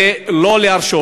ולא להרשות,